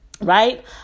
right